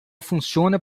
funciona